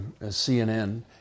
CNN